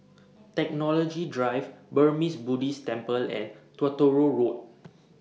Technology Drive Burmese Buddhist Temple and Truro Road